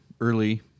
early